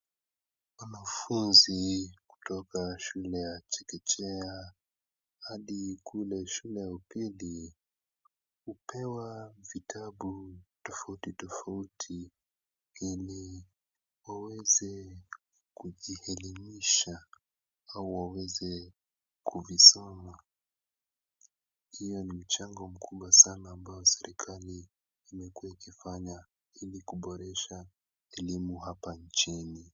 Wanafunzi kutoka shule ya chekechea hadi kule shule ya upili hupewa vitabu tofauti tofauti ili waweze kujielimisha au waweze kuvisoma. Hiyo ni chango mkubwa sana ambayo serikali umekuwa ikifanya ili kuboresha elimu hapa nchini.